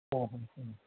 ഓ മ്മ് മ്മ്